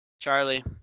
Charlie